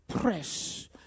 press